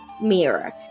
mirror